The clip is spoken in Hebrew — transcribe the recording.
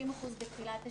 50% בתחילת השנה,